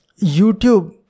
YouTube